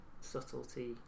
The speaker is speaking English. subtlety